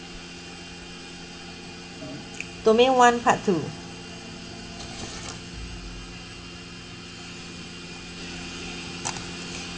domain one part two